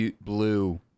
blue